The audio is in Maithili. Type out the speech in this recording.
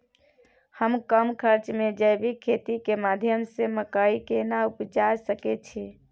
हम कम खर्च में जैविक खेती के माध्यम से मकई केना उपजा सकेत छी?